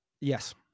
Yes